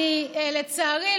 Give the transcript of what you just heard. לצערי,